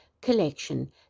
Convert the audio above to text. collection